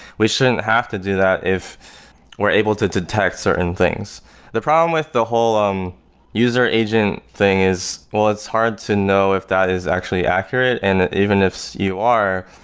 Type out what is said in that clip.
we shouldn't have to do that if we're able to detect certain things the problem with the whole um user agent thing is well, it's hard to know if that is actually accurate. and even if you are,